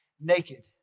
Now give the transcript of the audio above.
naked